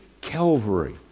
Calvary